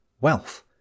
wealth